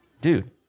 Dude